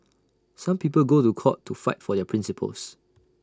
some people go to court to fight for their principles